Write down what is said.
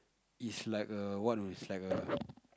is like a what is like a